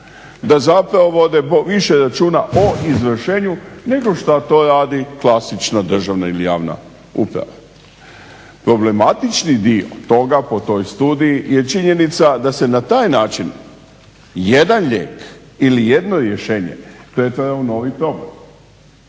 Da zapravo vode više računa o izvršenju nego što to radi klasična državna ili javna uprava. Problematični dio toga po toj studiji je činjenica da se na taj način jedan lijek ili jedno rješenje pretvara u novi problem,